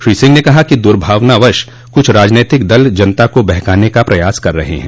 श्री सिंह ने कहा कि दुर्भावनावश कुछ राजनीतिक दल जनता को बहकाने का प्रयास कर रहे हैं